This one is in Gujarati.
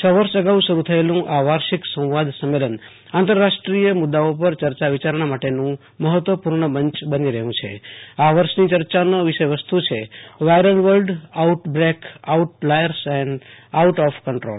છ વર્ષ અગાઉ શરૂ થયેલુ આ વાર્ષિક સંવાદ સંમેલન આંતરરાષ્ટ્રીય મુ દ્દાઓ પર ચર્ચા વિચારણા માટેનું મહત્ત્વપૂ ર્ણ મંચ બની રહ્યું છે આ વર્ષની ચર્ચાની વિષય વસ્તુ છે viral world outbreak outliers and out of control